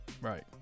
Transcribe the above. right